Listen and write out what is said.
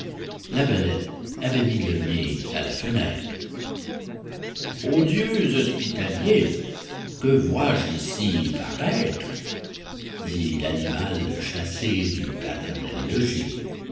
la belette avait mis le nez à la fenêtre ô dieux hospitaliers que vois-je ici paraître dit l'animal chassé du paternel logis